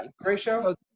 ratio